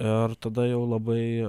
ir tada jau labai